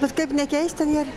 bet kaip nekeista nėr